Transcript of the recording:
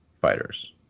fighters